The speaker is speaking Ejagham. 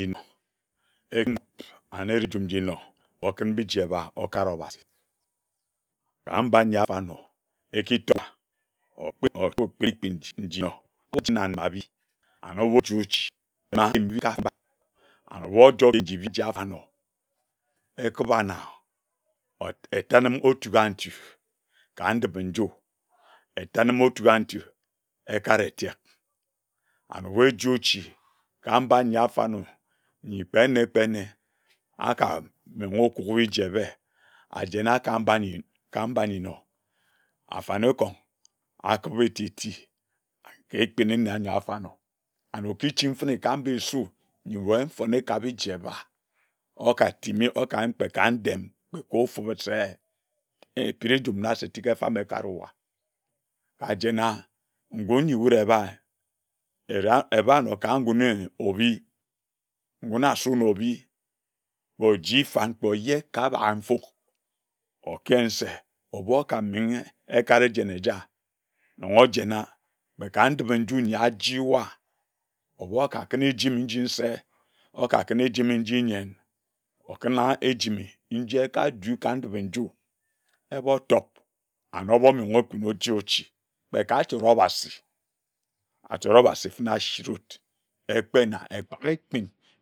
Enub aneri njum njinor okin niji eba okare obasi ka mba nyi abanor anob ochi na mbika aba areh ojoer nji waer abanor ekiba na or etanim otura ntu ka ndipi nju etanin otura ntu ekare tiak anob eji ochi ka mba nyi afanor nyi kpe nne kpe nne akawum mongho kugi biji ebe ajena ka mba anyi nor afanikong akibi ti ti ka ekpini nne anyor nor areh okichifene ka mbasu nyi waer mfone kabiji eba oka timi okayin kpe ka ndem kpe ke ofubid se ekid njum na se tek efab ekawa kaajena ngan nyi wud ebai era ebanor ka ngune obi ngun asono obi kpe oji fan kpe oje ka baka mfuk okiyin se waer okamenghe ekare ejen eja nyi ojena kpe ka ndipi nju ajiwa obui okakun ejimi nji nse okakun ejimi nji nyen, okuna ejimi nji ekadu ka ndipi nju ebotop anob onor okun oji ochi kpe ka achore obasi achore obasi fene asurud ekpena ekake ekpin